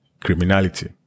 criminality